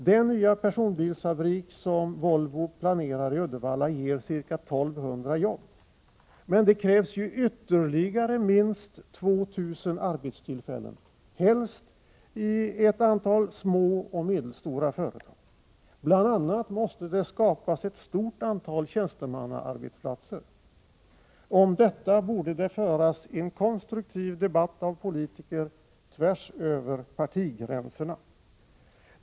Den nya personbilsfabrik som Volvo planerar i Uddevalla ger ca 1 200 jobb. Men det krävs ju ytterligare minst 2 000 arbetstillfällen, helst i ett antal små och medelstora företag. Bl. a. måste det skapas ett stort antal tjänstemannaarbetsplatser. Om detta borde det föras en konstruktiv debatt av politiker tvärs över partigränserna.